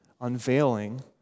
unveiling